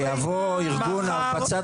מחר יבואו חברי -- שיבואו ארגון מהצד